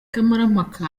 kamarampaka